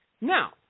Now